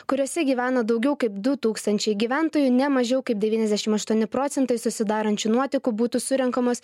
kuriuose gyvena daugiau kaip du tūkstančiai gyventojų ne mažiau kaip devyniasdešim aštuoni procentai susidarančių nuotekų būtų surenkamos